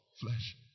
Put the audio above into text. Flesh